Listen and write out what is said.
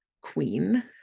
queen